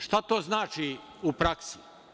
Šta to znači u praksi?